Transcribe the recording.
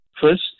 first